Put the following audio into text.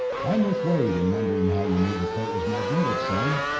i'm with wade in wondering how you knew the plate was magnetic, son,